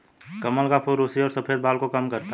कमल का फूल रुसी और सफ़ेद बाल को कम करता है